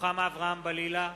רוחמה אברהם-בלילא,